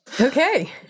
Okay